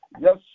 Yes